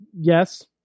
yes